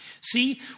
See